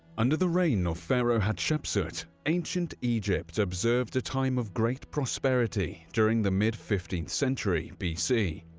under the reign of pharaoh hatshepsut, ancient egypt observed a time of great prosperity during the mid fifteenth century bc.